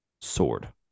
sword